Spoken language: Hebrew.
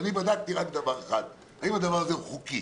בדקתי רק דבר אחד: האם זה חוקי.